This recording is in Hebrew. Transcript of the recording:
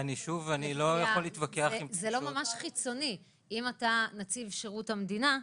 זה לא ממש חיצוני, אם אתה נציב שירות המדינה,